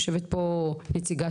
יושבת פה נציגת